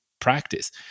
practice